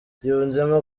yunzemo